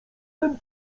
ten